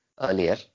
earlier